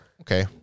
Okay